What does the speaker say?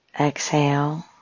Exhale